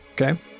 okay